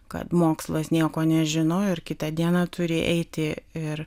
kad mokslas nieko nežino ir kitą dieną turi eiti ir